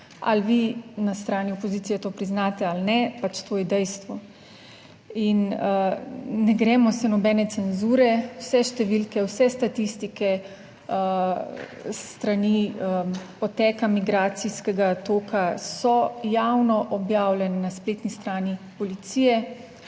Ali vi na strani opozicije to priznate ali ne, pač to je dejstvo, in ne gremo se nobene cenzure. Vse številke, vse statistike, s strani poteka migracijskega toka so javno objavljene na spletni strani Policije,